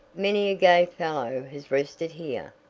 many a gay fellow has rested here,